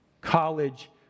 college